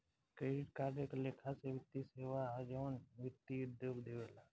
credit card एक लेखा से वित्तीय सेवा ह जवन वित्तीय उद्योग देवेला